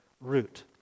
root